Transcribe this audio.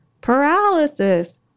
paralysis